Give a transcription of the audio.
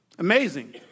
Amazing